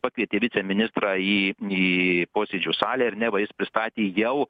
pakvietė viceministrą į į posėdžių salę ir neva jis pristatė jau